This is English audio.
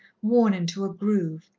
worn into a groove.